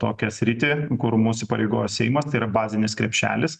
tokią sritį kur mus įpareigoja seimas tai yra bazinis krepšelis